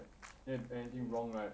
then if anything wrong right